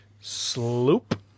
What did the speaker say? Sloop